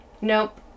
Nope